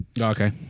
Okay